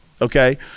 okay